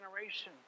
generation